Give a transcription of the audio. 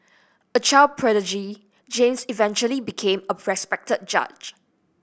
a child prodigy James eventually became a respected judge